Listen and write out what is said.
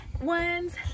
Ones